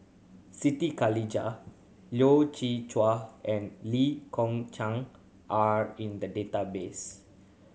Siti Khalijah Loy Chye Chuan and Lee Kong Chian are in the database